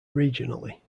regionally